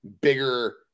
bigger